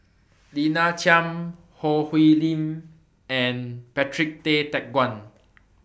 Lina Chiam Choo Hwee Lim and Patrick Tay Teck Guan